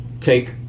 take